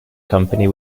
company